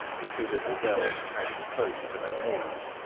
the two little girls pressed close to her knees,